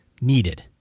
needed